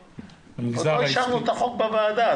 --- עוד לא אישרנו את החוק בוועדה.